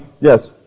yes